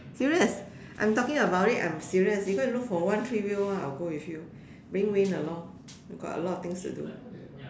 serious I'm talking about it I'm serious you go and look for one three wheel [one] I will go with you bring Wayne along got a lot of things to do